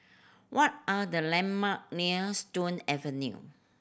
what are the landmark near Stone Avenue